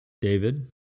David